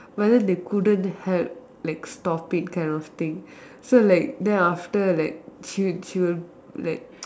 but then they couldn't help like stop it kind of thing so like then after like she she will like